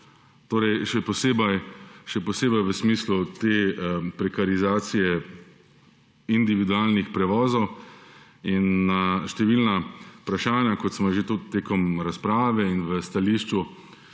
Torej še posebej v smislu te prekarizacije individualnih prevozov in številna vprašanja kot smo že tudi tekom razprave in v stališču